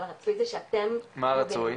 אז מה הרצוי?